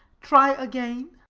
try again.